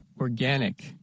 Organic